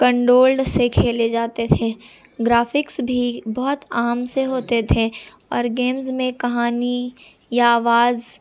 کنڈولڈ سے کھیلے جاتے تھے گرافکس بھی بہت عام سے ہوتے تھے اور گیمز میں کہانی یا آواز